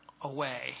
Away